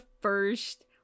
first